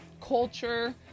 culture